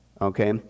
okay